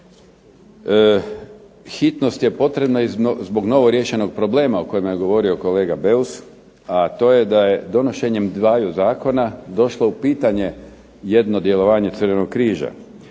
Hitnost je potrebna zbog novo riješenog problema o kojem je govorio kolega Beus a to je da je donošenjem dvaju zakona došlo u pitanje jedno djelovanje Crvenog križa,